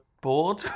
bored